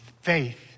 faith